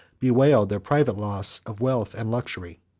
bewailed their private loss of wealth and luxury.